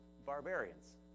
barbarians